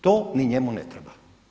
To ni njemu ne treba.